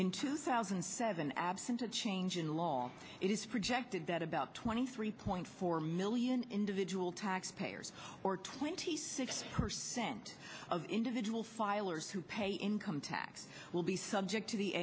in two thousand and seven absent a change in law it is projected that about twenty three point four million individual taxpayers or twenty six percent of individual filers who pay income tax will be subject to the